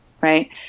right